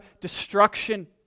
destruction